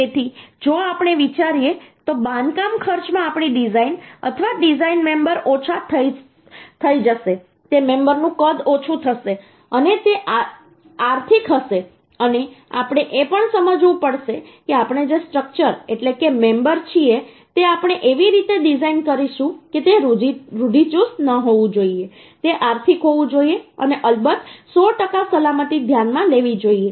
તેથી જો આપણે વિચારીએ તો બાંધકામ ખર્ચમાં આપણી ડિઝાઇન અથવા ડિઝાઇન મેમબરઓછા થઈ જશે તે મેમબરનું કદ ઓછું થશે અને તે આર્થિક હશે અને આપણે એ પણ સમજવું પડશે કે આપણે જે સ્ટ્રક્ચર એટલે કે મેમબરછીએ તે આપણે એવી રીતે ડિઝાઇન કરીશું કે તે રૂઢિચુસ્ત ન હોવું જોઈએ તે આર્થિક હોવું જોઈએ અને અલબત્ત 100 ટકા સલામતી ધ્યાનમાં લેવી જોઈએ